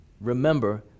Remember